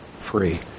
free